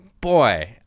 boy